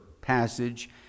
passage